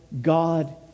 God